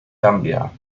gambia